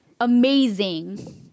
amazing